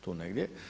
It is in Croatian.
Tu negdje.